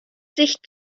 sich